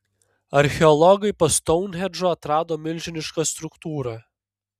archeologai po stounhendžu atrado milžinišką struktūrą